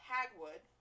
Hagwood